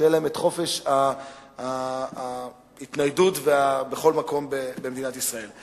שיהיה להם חופש ההתניידות בכל מקום במדינת ישראל.